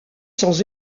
sans